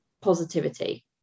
positivity